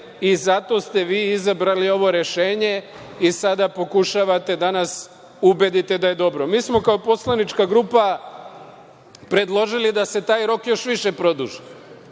i zato ste vi izabrali ovo rešenje i sada pokušavate da nas ubedite da je dobro. Mi smo kao poslanička grupa predložili da se taj rok još više produži,